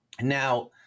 Now